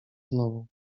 znowu